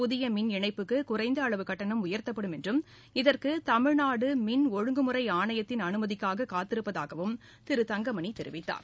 புதிய மின் இணைப்புக்கு குறைந்த அளவு கட்டணம் உயர்த்தப்படும் என்றும் இதற்கு தமிழ்நாடு மின் ஒழுங்குமுறை ஆணையத்தின் அனுமதிக்காக காத்திருப்பதாக திரு தங்கமணி தெரிவித்தார்